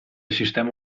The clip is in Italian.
sistema